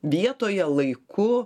vietoje laiku